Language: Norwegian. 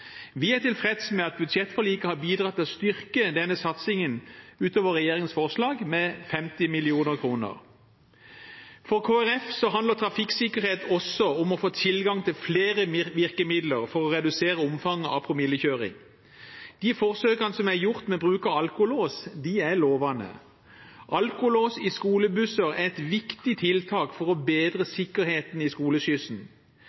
Vi er tilfreds med at budsjettforliket har bidratt til å styrke denne satsingen med 50 mill. kr utover regjeringens forslag. For Kristelig Folkeparti handler trafikksikkerhet også om å få tilgang til flere virkemidler for å redusere omfanget av promillekjøring. De forsøkene som er gjort med bruk av alkolås, er lovende. Alkolås i skolebusser er et viktig tiltak for å bedre